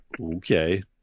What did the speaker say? Okay